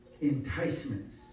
enticements